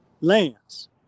lands